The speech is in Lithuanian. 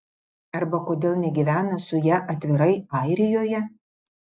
arba kodėl negyvena su ja atvirai airijoje